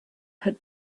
had